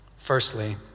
Firstly